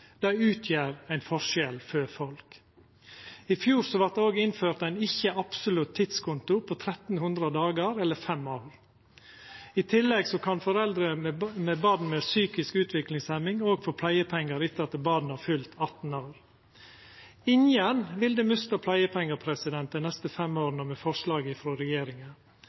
Det utgjer ein forskjell for folk. I fjor vart det òg innført ein ikkje absolutt tidskonto på 1 300 dagar eller fem år. I tillegg kan foreldre med barn med psykisk utviklingshemming få pleiepengar etter at barna har fylt 18 år. Ingen vil mista pleiepengar dei neste fem åra med forslaget frå regjeringa